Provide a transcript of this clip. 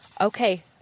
Okay